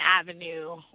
Avenue